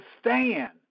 stand